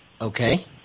Okay